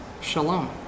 shalom